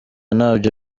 nabyo